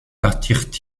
attirent